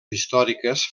històriques